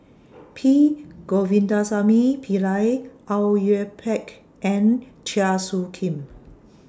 P Govindasamy Pillai Au Yue Pak and Chua Soo Khim